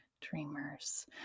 Dreamers